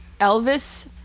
Elvis